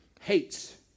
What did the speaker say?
hates